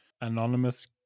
anonymous